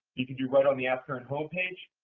you can do but it on the askearn homepage.